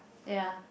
ya